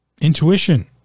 intuition